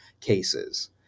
cases